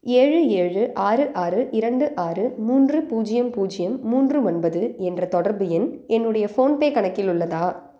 ஏழு ஏழு ஆறு ஆறு இரண்டு ஆறு மூன்று பூஜ்ஜியம் பூஜ்ஜியம் மூன்று ஒன்பது என்ற தொடர்பு எண் என்னுடைய ஃபோன்பே கணக்கில் உள்ளதா